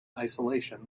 isolation